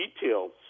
details